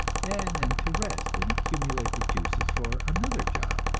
and then to rest and accumulate the juices for another job.